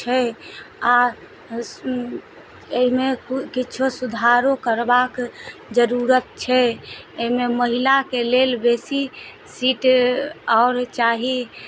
छै आओर अइमे किछो सुधारो करबाक जरूरत छै अइमे महिलाके लेल बेसी सीट आओर चाही